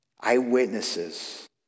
Eyewitnesses